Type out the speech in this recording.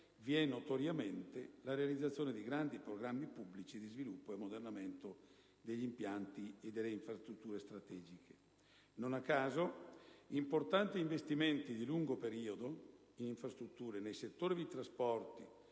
vi è notoriamente la realizzazione di grandi programmi pubblici di sviluppo e ammodernamento degli impianti e delle infrastrutture strategiche. Non a caso, importanti investimenti di lungo periodo in infrastrutture nel settore dei trasporti,